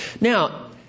Now